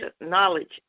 knowledge